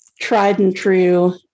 tried-and-true